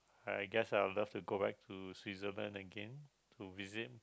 I guess I will love to go back to Switzerland again to visit